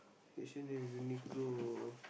H-and-M Uniqlo